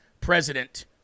president